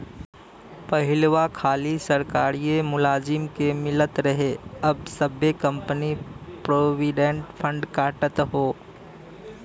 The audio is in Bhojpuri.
पहिलवा खाली सरकारिए मुलाजिम के मिलत रहे अब सब्बे कंपनी प्रोविडेंट फ़ंड काटत हौ